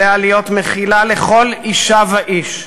עליה להיות מכילה לכל אישה ואיש,